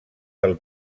del